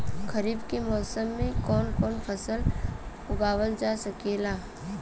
खरीफ के मौसम मे कवन कवन फसल उगावल जा सकेला?